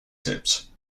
tips